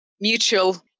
mutual